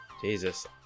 Jesus